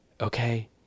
okay